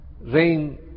rain